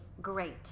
great